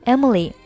Emily” 。